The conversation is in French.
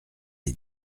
les